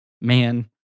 man